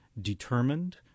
determined